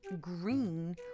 green